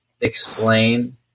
explain